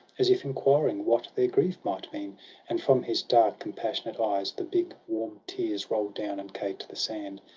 as if enquiring what their grief might mean and from his dark, compassionate eyes. the big warm tears roll'd down, and caked the sand.